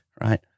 Right